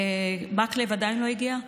מקלב עדיין לא הגיע?